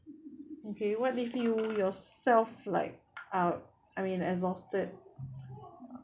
okay what if you yourself like are I mean exhausted